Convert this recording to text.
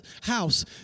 house